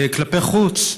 כלפי חוץ,